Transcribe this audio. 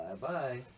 Bye-bye